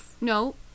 No